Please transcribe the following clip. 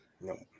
No